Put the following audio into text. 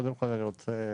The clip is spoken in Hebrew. כחולה בשטח,